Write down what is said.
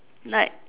like